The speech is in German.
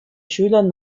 schülern